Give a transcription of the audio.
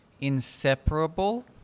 inseparable